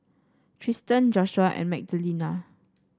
Tristen Joshua and Magdalena